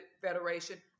Federation